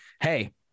Hey